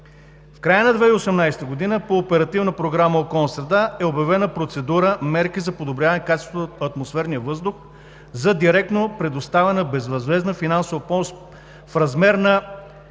В края на 2018 г. по Оперативна програма „Околна среда“ е обявена процедура „Мерки за подобряване качеството на атмосферния въздух“ за директно предоставена безвъзмездна финансова помощ в размер на